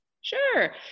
sure